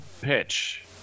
pitch